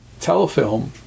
Telefilm